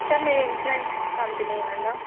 sir మీరు insurance కంపెనీనేనా